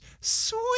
sweet